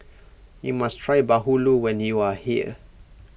you must try Bahulu when you are here